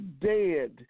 dead